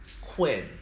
quinn